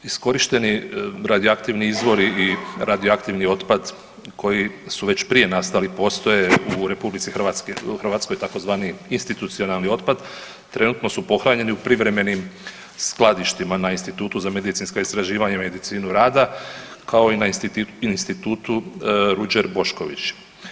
Iskorišteni radioaktivni izvori i radioaktivni otpad koji su već prije nastali postoje u RH tzv. institucionalni otpad, trenutno su pohranjeni u privremenim skladištima na Institutu za medicinska istraživanja i medicinu rada kao i na Institutu Ruđer Bošković.